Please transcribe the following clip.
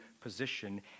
position